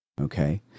Okay